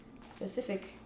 specific